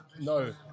No